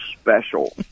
special